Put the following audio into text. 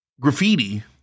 graffiti